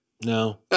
No